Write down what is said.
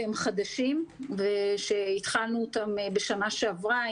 אותם התחלנו בשנה שעברה.